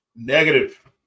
Negative